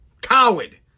Coward